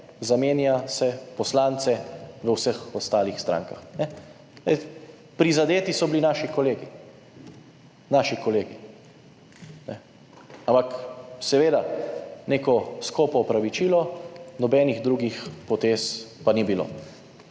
zamenja se poslance v vseh ostalih strankah. Prizadeti so bili naši kolegi. Naši kolegi. Ampak seveda, neko skopo opravičilo, nobenih drugih potez pa ni bilo.